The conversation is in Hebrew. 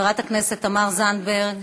חברת הכנסת תמר זנדברג,